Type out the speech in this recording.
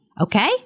Okay